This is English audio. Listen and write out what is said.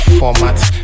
formats